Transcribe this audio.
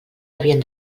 havien